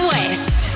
West